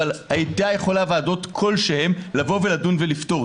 אבל היו יכולות ועדות כלשהן לדון ולפתור.